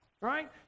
Right